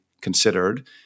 considered